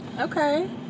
Okay